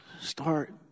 start